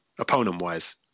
opponent-wise